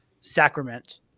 sacrament